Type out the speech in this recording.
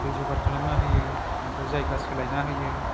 दै जगार खालामना होयो ओमफ्राय जायगा सोलायना होयो